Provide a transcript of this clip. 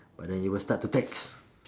but then you will start to text